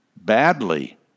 badly